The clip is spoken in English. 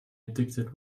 addicted